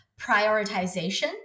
prioritization